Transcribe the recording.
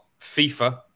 FIFA